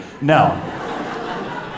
No